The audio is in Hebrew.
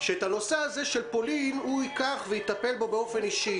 שאת הנושא הזה של מסעות לפולין הוא ייקח ויטפל בו באופן אישי.